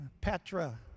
Petra